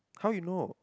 how you know